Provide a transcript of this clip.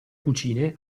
cucine